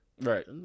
right